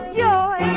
joy